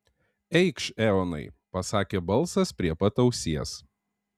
eikš eonai pasakė balsas prie pat ausies